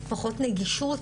פחות נגישות,